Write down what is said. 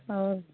और